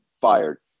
fired